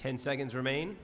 ten seconds remain